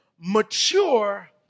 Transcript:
mature